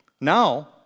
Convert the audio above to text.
Now